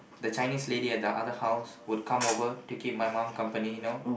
the Chinese lady at the other house would come over to keep my mum company you know